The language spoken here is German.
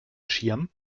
schirm